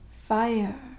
Fire